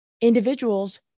individuals